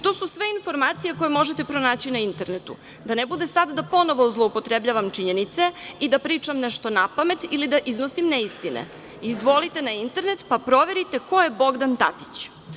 Tu su sve informacije koje možete pronaći na internetu, da ne bude sad da ponovo zloupotrebljavam činjenice i da pričam nešto napamet ili da iznosim neistine, izvolite na internet, pa proverite ko je Bogdan Tatić.